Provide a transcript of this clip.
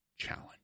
Challenge